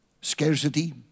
Scarcity